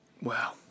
Wow